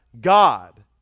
God